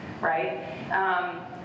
right